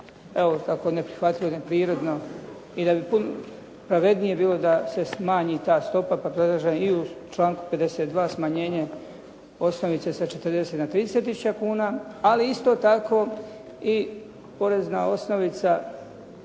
evo tako neprihvatljivo, neprirodno i da bi pravednije bilo da se smanji ta stopa, pa predlažem i u članku 52. smanjenje osnovice sa 40 na 30000 kuna. Ali isto tako i porezna osnovica